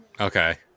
Okay